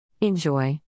Enjoy